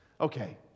Okay